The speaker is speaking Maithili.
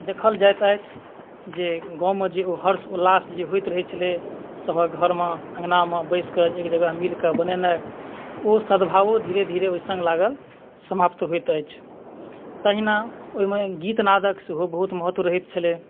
देखल जाइत अछि जे गाममे ओ जे हर्षउल्लास होइत रहै छलै सभक घरमे अँगनामे बैसिके एक जगह बैसिके बनेनाइ ओ सद्भावो धीरे धीरे ओहि सङ्ग लागल समाप्त होइत अछि तहिना ओहिमे गीत नादक सेहो बहुत महत्व रहैत छलै